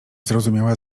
zrozumiała